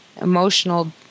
emotional